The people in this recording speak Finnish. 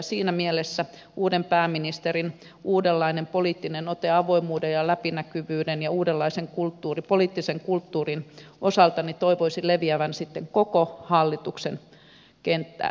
siinä mielessä uuden pääministerin uudenlaisen poliittisen otteen avoimuuden ja läpinäkyvyyden ja uudenlaisen poliittisen kulttuurin osalta toivoisin leviävän sitten koko hallituksen kenttään